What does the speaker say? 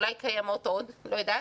אולי קיימות עוד, אני לא יודעת,